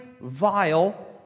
vile